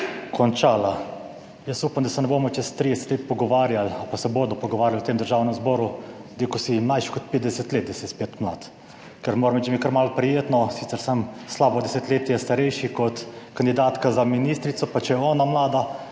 končala. Jaz upam, da se ne bomo čez 30 let pogovarjali ali pa se bodo pogovarjali v tem Državnem zboru, zdaj, ko si mlajši kot 50 let, da si spet mlad. Ker moram reči, da mi je kar malo prijetno, sicer sem slabo desetletje starejši kot kandidatka za ministrico, pa če je ona mlada,